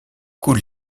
coule